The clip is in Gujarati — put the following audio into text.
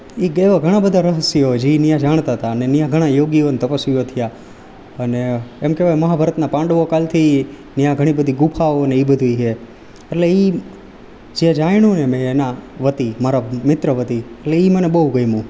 એ એવા ઘણા બધા રહસ્યો જે ત્યાં જાણતા હતા અને ત્યાં ઘણા યોગીઓ અને તપસ્વીઓ થયા અને એમ કહેવાય મહાભારતના પાંડવો કાળથી ત્યાં ઘણી બધી ગુફાઓને એ બધુંય છે એટલે એ જે જાણ્યુંને મેં એના વતી મારા મિત્ર વતી તો એ મને બહુ ગમ્યું